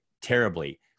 terribly